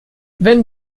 wenn